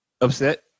upset